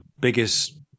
biggest